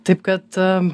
taip kad